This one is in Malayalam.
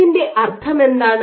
ഇതിന്റെ അർത്ഥമെന്താണ്